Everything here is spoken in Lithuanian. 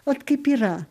vat kaip yra